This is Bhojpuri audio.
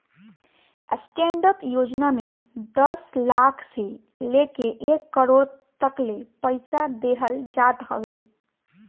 स्टैंडडप योजना में दस लाख से लेके एक करोड़ तकले पईसा देहल जात हवे